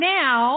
now